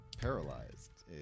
paralyzed